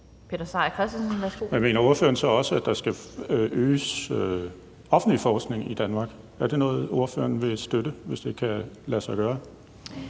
Men mener ordføreren så også, at der skal være øget offentlig forskning i Danmark? Er det noget, ordføreren vil støtte, hvis det kan lade sig gøre?